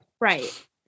Right